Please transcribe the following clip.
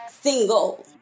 single